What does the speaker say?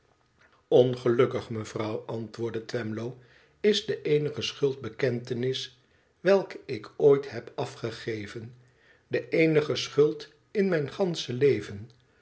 ongelukkig mevrouw antwoordt twemlow is de eenige schuldbekentenis welke ik ooit heb afgegeven de eenige schuld in mijn gansche leven